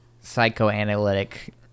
psychoanalytic